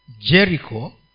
Jericho